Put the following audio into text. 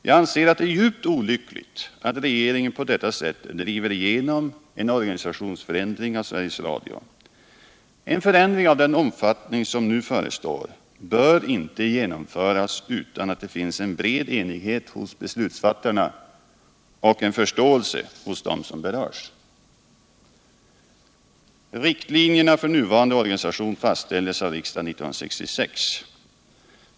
Jag anseratt det är djupt olyckligt att regeringen på detta sätt driver igenom en organisationsförändring av Sveriges Radio. En förändring av den omfattning som nu förestår bör inte genomföras utan att det finns en bred enighet hos beslutsfattarna och en förståelse hos dem som berörs. Riktlinjerna för nuvarande organisation fastställdes av riksdagen 1966.